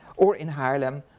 or in haarlem,